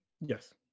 Yes